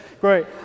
Great